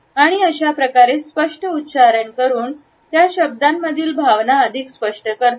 आणि असा प्रकारे स्पष्ट उच्चारण करून त्या शब्दांमधील भावना अधिक स्पष्ट करतो